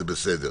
זה בסדר: